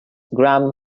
gram